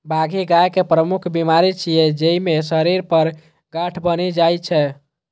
बाघी गाय के प्रमुख बीमारी छियै, जइमे शरीर पर गांठ बनि जाइ छै